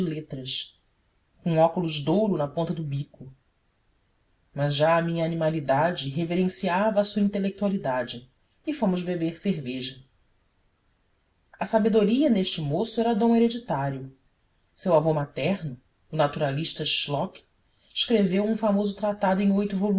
letras com óculos de ouro na ponta do bico mas já a minha animalidade reverenciava a sua intelectualidade e fomos beber cerveja a sabedoria neste moço era dom hereditário seu avô materno o naturalista shlock escreveu um famoso tratado em oito